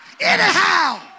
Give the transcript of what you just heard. anyhow